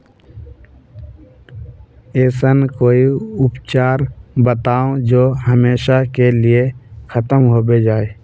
ऐसन कोई उपचार बताऊं जो हमेशा के लिए खत्म होबे जाए?